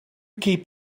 keep